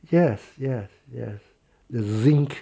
yes yes yes the zinc